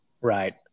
Right